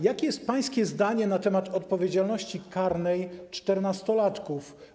Jakie jest pańskie zdanie na temat odpowiedzialności karnej czternastolatków?